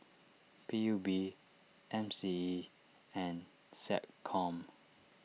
P U B M C E and SecCom